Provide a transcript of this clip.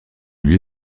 lieu